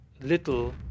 little